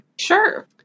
Sure